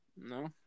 No